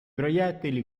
proiettili